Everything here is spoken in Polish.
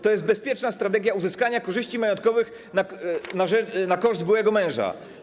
To jest bezpieczna strategia uzyskania korzyści majątkowych na koszt byłego męża.